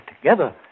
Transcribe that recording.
together